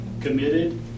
committed